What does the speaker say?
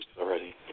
Already